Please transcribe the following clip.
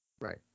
Right